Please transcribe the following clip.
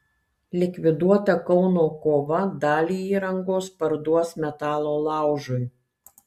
likviduota kauno kova dalį įrangos parduos metalo laužui